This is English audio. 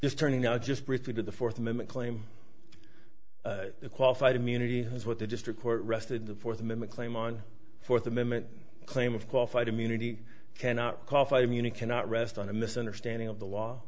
just turning out just briefly to the fourth amendment claim a qualified immunity has what the district court rested the fourth amendment claim on fourth amendment claim of qualified immunity cannot cough i mean it cannot rest on a misunderstanding of the law